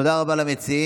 תודה רבה למציעים.